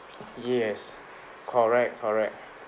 yes correct correct